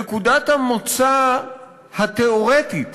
נקודת המוצא התיאורטית